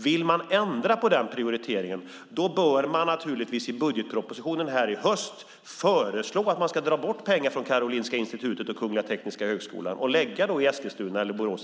Vill man ändra på den prioriteringen bör man i budgetpropositionen i höst föreslå att man ska ta pengar från Karolinska Institutet och Kungliga Tekniska högskolan och lägga i Eskilstuna eller Borås.